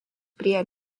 prie